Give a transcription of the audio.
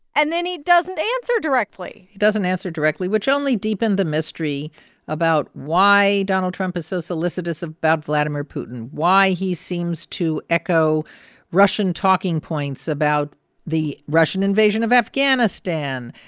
and then he doesn't answer directly doesn't answer directly, which only deepened the mystery about why donald trump is so solicitous about vladimir putin, why he seems to echo russian talking points about the russian invasion of afghanistan,